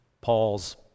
Paul's